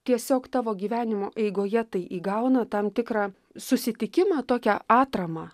tiesiog tavo gyvenimo eigoje tai įgauna tam tikrą susitikimą tokią atramą